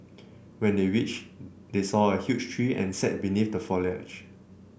when they reach they saw a huge tree and sat beneath the foliage